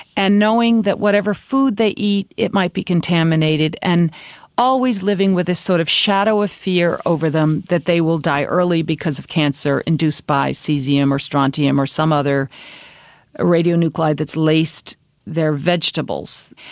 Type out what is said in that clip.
and knowing that whatever food they eat, it might be contaminated and always living with this sort of shadow of fear over them that they will die early because of cancer induced by caesium or strontium or some other radionuclide that's laced their vegetables.